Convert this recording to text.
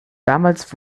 damals